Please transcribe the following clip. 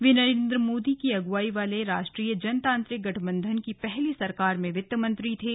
वे नरेन्द्र मोदी की अगुवाई वाले राष्ट्रीय जनतांत्रिक गठबंधन की पहली सरकार में वित्तमंत्री थे